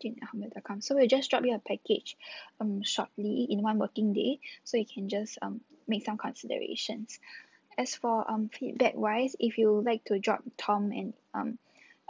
jane at hotmail dot com so we just drop you a package um shortly in one working day so you can just um make some considerations as for um feedback wise if you would like to drop tom and um